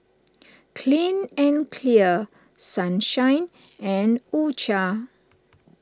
Clean and Clear Sunshine and U Cha